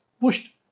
pushed